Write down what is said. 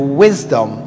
wisdom